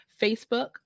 Facebook